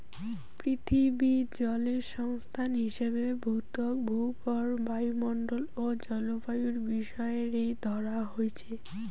পিথীবিত জলের সংস্থান হিসাবে ভূত্বক, ভূগর্ভ, বায়ুমণ্ডল ও জলবায়ুর বিষয় রে ধরা হইচে